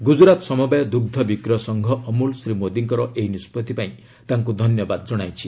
ଗୁଜରାତ ସମବାୟ ଦୁଗ୍ଧ ବିକ୍ରୟ ସଂଘ ଅମ୍ବଲ ଶ୍ରୀ ମୋଦିଙ୍କର ଏହି ନିଷ୍ପଭି ପାଇଁ ତାଙ୍କୁ ଧନ୍ୟବାଦ ଜଣାଇଛି